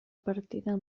partida